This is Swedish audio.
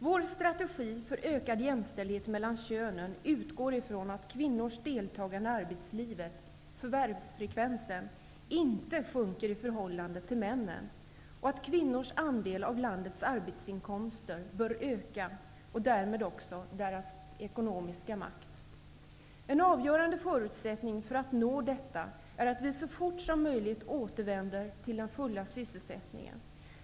Vår strategi för ökad jämställdhet mellan könen utgår ifrån att kvinnornas deltagande i arbetslivet, förvärvsfrekvensen, inte sjunker i förhållande till männens. Och att kvinnornas andel av landets arbetsinkomster bör öka och därmed också deras ekonomiska makt. En avgörande förutsättning för att nå detta är att vi så fort som möjligt återvänder till den fulla sysselsättningen.